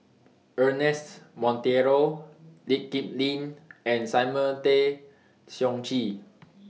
Ernest Monteiro Lee Kip Lin and Simon Tay Seong Chee